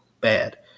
bad